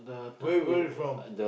where where you from